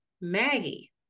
Maggie